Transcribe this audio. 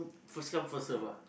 first come first serve ah